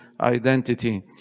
identity